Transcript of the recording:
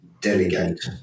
delegate